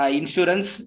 insurance